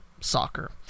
soccer